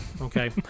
okay